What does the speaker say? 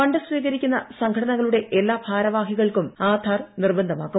fund സ്വീകരിക്കുന്ന സംഘടനകളുടെ എല്ലാ ഭാരവാഹികൾക്കും ആധാർ നിർബന്ധമാക്കും